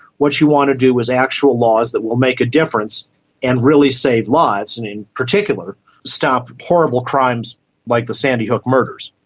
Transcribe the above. what you want to do is actual laws that will make a difference and really save lives, and in particular stop horrible crimes like the sandy hook murders.